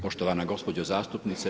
Poštovane gospođo zastupnice.